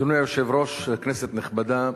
אדוני היושב-ראש, כנסת נכבדה,